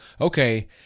Okay